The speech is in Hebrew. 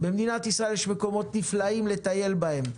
במדינת ישראל יש מקומות נפלאים לטייל בהם,